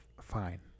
fine